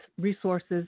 resources